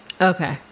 Okay